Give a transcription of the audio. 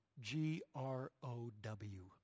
G-R-O-W